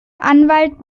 anwalt